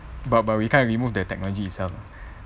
but but we can't remove that technology itself